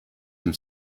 from